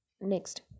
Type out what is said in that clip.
next